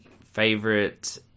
favorite